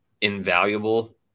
invaluable